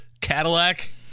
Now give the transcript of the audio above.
Cadillac